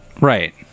right